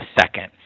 second